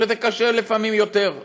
שזה קשה לפעמים יותר.